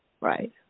Right